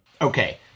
Okay